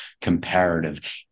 comparative